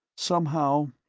somehow,